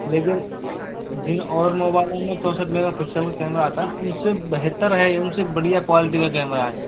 लेकिन जिन और मोबाइलो में चौसठ मेगापिक्सल का कैमरे आता है ना उनसे बेहतर है यह बढ़िया क्वालिटी का कैमरा है